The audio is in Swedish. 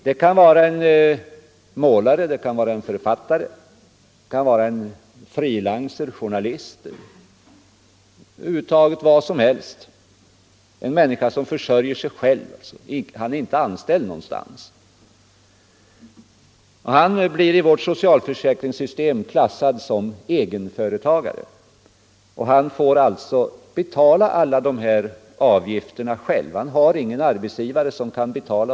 Det kan gälla en målare, en författare, en frilans, en journalist, ja, över huvud taget en människa som försörjer sig själv och inte är anställd någonstans. Han blir i vårt socialförsäkringssystem klassad som egen företagare och får alltså betala alla avgifter själv.